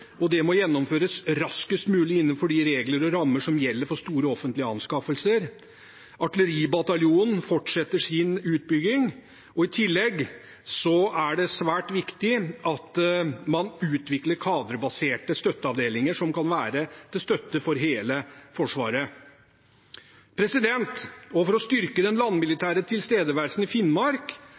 og det må gjennomføres raskest mulig innenfor de regler og rammer som gjelder for store offentlige anskaffelser. Artilleribataljonen fortsetter sin utbygging. I tillegg er det svært viktig at man utvikler kaderbaserte støtteavdelinger som kan være til støtte for hele Forsvaret. For å styrke den landmilitære tilstedeværelsen i Finnmark